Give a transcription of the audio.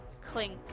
clink